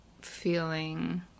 feeling